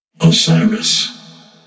Osiris